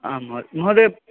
आम् महोदय